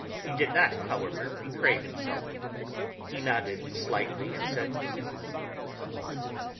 he did not, however, betray himself he nodded slightly and said go on,